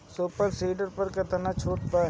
Super seeder पर केतना छूट बा?